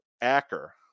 Acker